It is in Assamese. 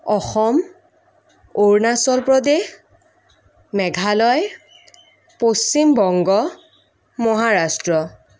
অসম অৰুণাচল প্ৰদেশ মেঘালয় পশ্চিমবংগ মহাৰাষ্ট্ৰ